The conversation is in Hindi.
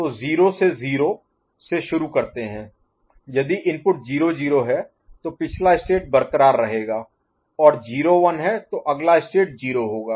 तो 0 से 0 से शुरू करते हैं यदि इनपुट 0 0 है तो पिछला स्टेट बरक़रार रहेगा और 0 1 है तो अगला स्टेट 0 होगा